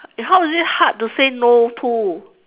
how is it hard to say no to